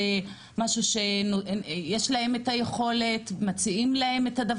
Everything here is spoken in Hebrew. זה משהו שיש להם את היכולת להגיע אליו?